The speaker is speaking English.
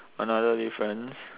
another difference